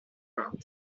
part